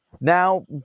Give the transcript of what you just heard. Now